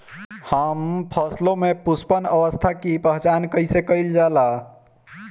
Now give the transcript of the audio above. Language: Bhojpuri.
हम फसलों में पुष्पन अवस्था की पहचान कईसे कईल जाला?